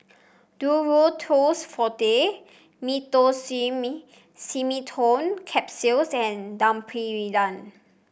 Duro Tuss Forte Meteospasmyl Simeticone Capsules and Domperidone